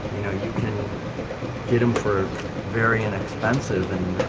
you know, you can get them for very inexpensive and